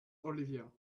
olivia